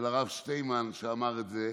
הרב שטיינמן שאמר את זה.